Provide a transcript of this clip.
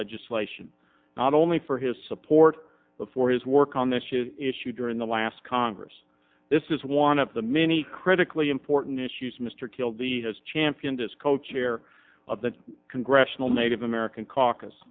legislation not only for his support for his work on this issue during the last congress this is one of the many critically important issues mr killed the has championed as co chair of the congressional native american ca